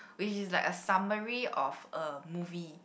which is like a summary of a movie